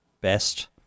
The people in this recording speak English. best